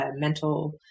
mental